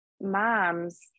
moms